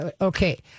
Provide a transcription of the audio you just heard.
Okay